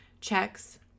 checks